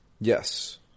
Yes